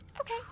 Okay